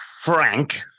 Frank